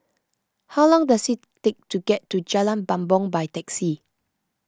how long does it take to get to Jalan Bumbong by taxi